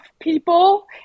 people